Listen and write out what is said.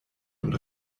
und